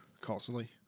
constantly